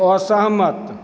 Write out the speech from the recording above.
असहमत